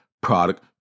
product